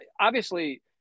obviously-